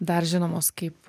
dar žinomos kaip